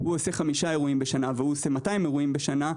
אחד עושה חמישה אירועים בשנה והשני עושה 200 אירועים בשנה,